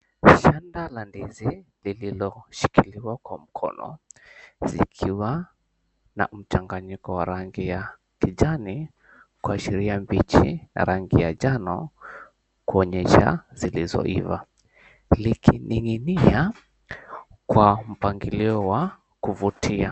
Shanga la ndizi zilizoshikiliwa kwa mkono zikiwa na mchanganyiko wa rangi ya kijani kuashiria mbichi na rangi ya njano kuonyesha zilizoiva, likining'inia kwa mpangilio wa kuvutia.